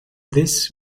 this